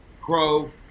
Crow